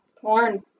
Porn